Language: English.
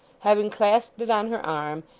having clasped it on her arm,